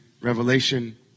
revelation